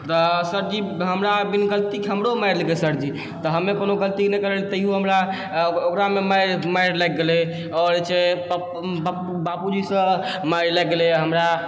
तऽ सरजी हमरा बिन गलतीके हमरो मारि देलकै सरजी तऽ हमे कोनो गलती नहि करने रहियै तैयो हमरा ओकरामे मारि लागि गेलै आओर जे छै बाबूजीसँ मारि लागि गेलै हमरा